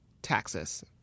taxes